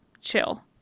chill